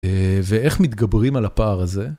ואיך מתגברים על הפער הזה?